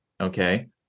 Okay